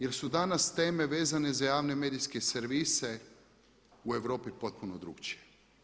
Jer su danas teme vezane za javne medijske servise u Europi potpuno drukčije.